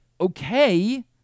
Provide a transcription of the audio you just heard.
okay